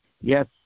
yes